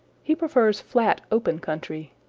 he prefers flat open country,